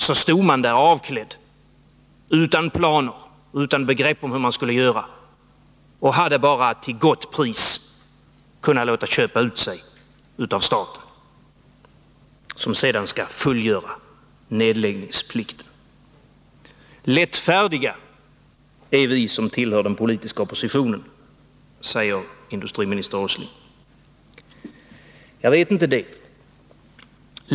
Man stod där avklädd, utan planer, utan begrepp om hur man skulle göra, och hade bara att till gott pris låta sig köpas ut av staten, som sedan skall fullgöra nedläggningsplikten. Lättfärdiga är vi som tillhör den politiska oppositionen, säger industriminister Åsling. Jag vet inte det.